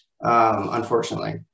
unfortunately